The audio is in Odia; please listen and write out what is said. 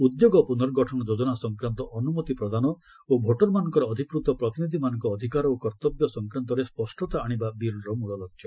ଉଦ୍ୟୋଗ ପୁନର୍ଗଠନ ଯୋଜନା ସଂକ୍ରାନ୍ତ ଅନୁମତି ପ୍ରଦାନ ଓ ଭୋଟର୍ମାନଙ୍କର ଅଧିକୃତ ପ୍ରତିନିଧିମାନଙ୍କ ଅଧିକାର ଓ କର୍ତ୍ତବ୍ୟ ସଂକ୍ରାନ୍ତରେ ସ୍ୱଷ୍ଟତା ଆଣିବା ବିଲ୍ର ମୃଳଲକ୍ଷ୍ୟ